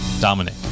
Dominic